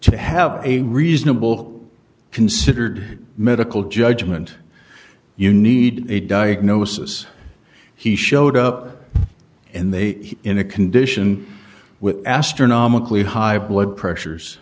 to have a reasonable considered medical judgment you need a diagnosis he showed up and they in a condition with astronomically high blood pressure